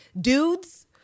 dudes